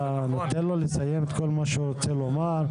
תן לו לסיים את כל מה שהוא רוצה לומר.